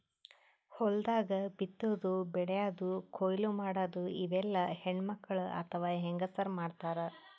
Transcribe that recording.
ಹೊಲ್ದಾಗ ಬಿತ್ತಾದು ಬೆಳ್ಯಾದು ಕೊಯ್ಲಿ ಮಾಡದು ಇವೆಲ್ಲ ಹೆಣ್ಣ್ಮಕ್ಕಳ್ ಅಥವಾ ಹೆಂಗಸರ್ ಮಾಡ್ತಾರ್